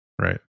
Right